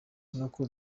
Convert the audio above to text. nuko